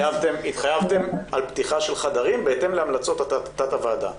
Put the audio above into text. התחייבתם על פתיחה של חדרים בהתאם להמלצות תת הוועדה.